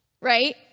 right